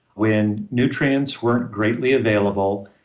when nutrients weren't greatly available,